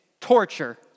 torture